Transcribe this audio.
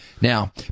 Now